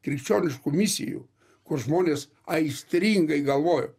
krikščioniškų misijų kur žmonės aistringai galvojo